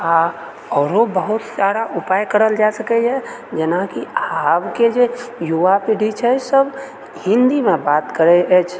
आ औरो बहुत सारा उपाय करल जाए सकैए जेनाकि आबके जे युवा पीढ़ी छै सब हिन्दीमे बात करैत अछि